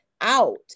out